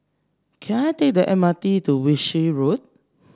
can I take the M R T to Wiltshire Road